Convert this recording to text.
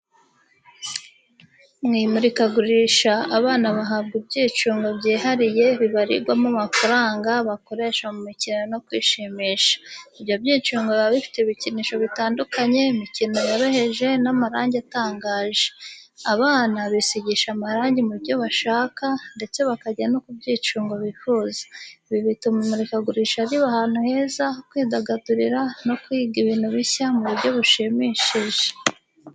Mu imurikagurisha, abana bahabwa ibyicungo byihariye bibarirwamo amafaranga bakoresha mu mikino no mu kwishimisha. Ibyo byicungo biba bifite ibikinisho bitandukanye, imikino yoroheje n’amarangi atangaje. Abana bisigisha amarangi mu buryo bashaka, ndetse bakajya no ku byicungo bifuza. Ibi bituma imurikagurisha riba ahantu heza ho kwidagadura no kwiga ibintu bishya mu buryo bushimishije.